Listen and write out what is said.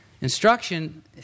Instruction